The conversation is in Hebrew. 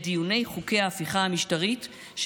את דיוני חוקי ההפיכה המשטרית,